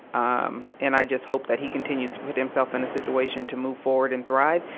um and i just hope that he continues to put himself in a situation to move forward and thrive,